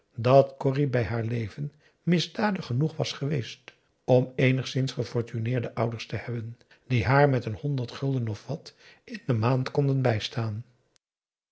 dat corrie bij haar leven misdadig genoeg was geweest om eenigszins gefortuneerde ouders te hebben die haar met een honderd gulden of wat in de maand konden bijstaan